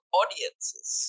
audiences